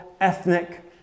ethnic